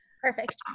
Perfect